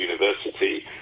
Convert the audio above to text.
university